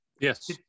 yes